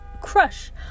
crush